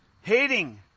hating